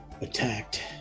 attacked